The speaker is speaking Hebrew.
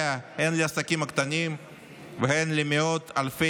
לסייע הן לעסקים הקטנים והן למאות אלפי